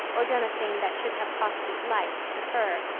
or done a thing that should have cost his life, to her,